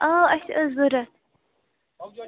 آ اَسہِ ٲسۍ ضوٚرَتھ